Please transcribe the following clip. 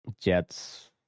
Jets